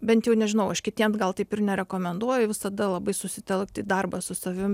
bent jau nežinau aš kitiem gal taip ir nerekomenduoju visada labai susitelkt į darbą su savim